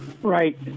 Right